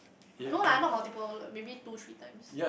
no lah not multiple maybe two three times